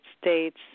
States